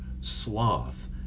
sloth